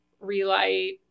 relight